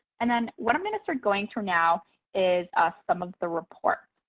and then what i'm going to start going through now is some of the reports.